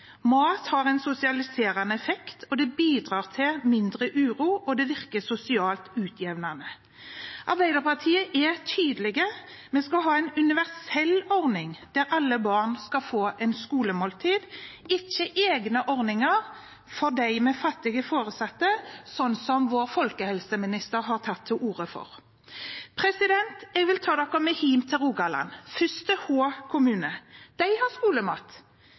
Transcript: Mat har en sosialiserende effekt, det bidrar til mindre uro, og det virker sosialt utjevnende. Arbeiderpartiet er tydelig: Vi skal ha en universell ordning, der alle barn skal få et skolemåltid, ikke egne ordninger for dem med fattige foresatte, slik vår folkehelseminister har tatt til orde for. Jeg vil ta dere med hjem til Rogaland, først til Hå kommune. De har skolemat.